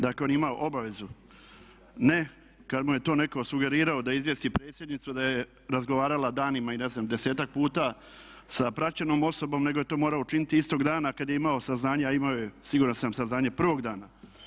Dakle, on ima obavezu ne kad mu je to netko sugerirao da izvijesti predsjednicu da je razgovarala danima i ne znam desetak puta sa praćenom osobom, nego je to morao učiniti istog dana kad je imao saznanje, a imao je siguran sam saznanje prvog dana.